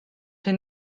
hyn